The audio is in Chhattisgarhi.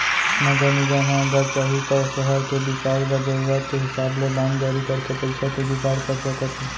नगर निगम ह अगर चाही तौ सहर के बिकास बर जरूरत के हिसाब ले बांड जारी करके पइसा के जुगाड़ कर सकत हे